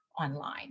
online